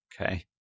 Okay